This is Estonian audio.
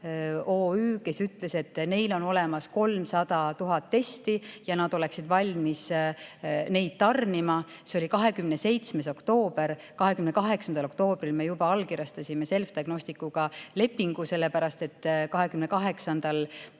OÜ, kes ütles, et neil on olemas 300 000 testi ja nad oleksid valmis neid tarnima. See oli 27. oktoober. 28. oktoobril me juba allkirjastasime Selfdiagnosticsiga lepingu, sellepärast et